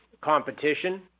competition